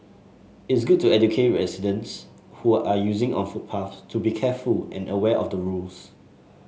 it's good to educate residents who are using on footpaths to be careful and aware of the rules